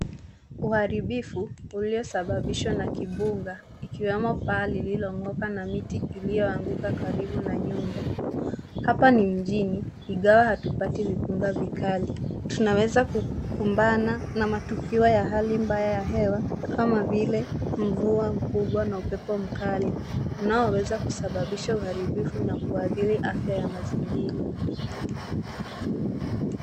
Uharibifu uliosababishwa na kipunga ikiwemo paa lililong'oka na miti iliyoanguka karibu na nyumba. Hapa ni mjini ingawa hatupati vipunga vikali, tunaweza kukumbana na matukio ya hali mbaya ya hewa kama vile mvua mkubwa na upepo mkali unaoweza kusababisha uharibifu na kuathiri afya ya mazingira.